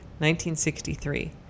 1963